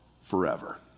forever